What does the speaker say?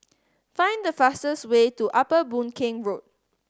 find the fastest way to Upper Boon Keng Road